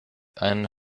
eine